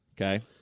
Okay